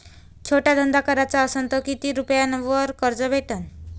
छोटा धंदा कराचा असन तर किती रुप्यावर कर्ज भेटन?